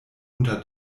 unter